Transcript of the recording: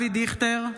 אינו נוכח אבי דיכטר,